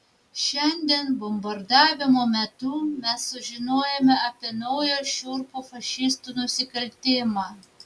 šiandien bombardavimo metu mes sužinojome apie naują šiurpų fašistų nusikaltimą